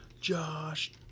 Josh